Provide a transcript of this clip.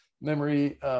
memory